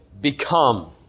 become